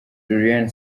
julienne